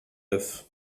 neuf